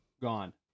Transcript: Gone